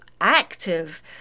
active